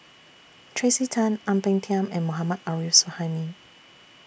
Tracey Tan Ang Peng Tiam and Mohammad Arif Suhaimi